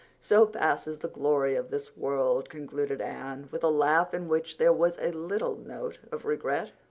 so passes the glory of this world concluded anne, with a laugh in which there was a little note of regret.